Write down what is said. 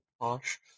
posh